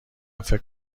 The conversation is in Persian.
فکر